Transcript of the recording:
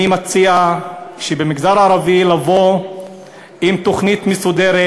אני מציע לבוא למגזר הערבי עם תוכנית מסודרת.